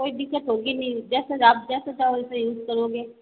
कोई दिक्कत होगी नहीं जैसा आप जैसा चाहो वैसे यूज़ करोगे